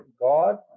God